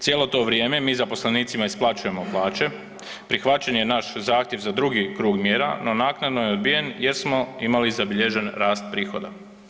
Cijelo to vrijeme mi zaposlenicima isplaćujemo plaće, prihvaćen je naš zahtjev za drugi krug mjera, no naknadno je odbijen jer smo imali zabilježen rast prihoda.